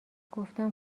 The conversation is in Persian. گفتم